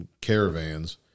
caravans